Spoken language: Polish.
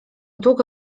długo